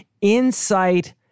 Insight